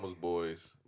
boys